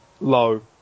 low